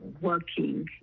working